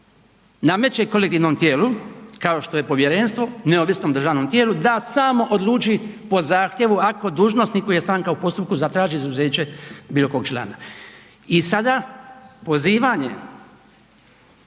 nameće kolektivnom tijelu kao što je povjerenstvo neovisnom državnom tijelu da samo odluči po zahtjevu ako dužnosnik je stranka u postupku zatraži izuzeće bilo kog člana. I sada pozivanje